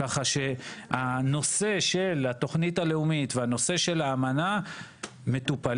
ככה שהנושא של התוכנית הלאומית והנושא של האמנה מטופלים.